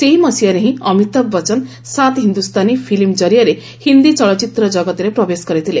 ସେହି ସମାନ ମସିହାରେ ହିଁ ଅମିତାଭ ବଚ୍ଚନ 'ସାତ୍ ହିନ୍ଦୁସ୍ରାନୀ' ଫିଲ୍ କରିଆରେ ହିନ୍ଦି ଚଳଚ୍ଚିତ୍ର କଗତରେ ପ୍ରବେଶ କରିଥିଲେ